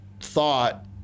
thought